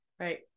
Right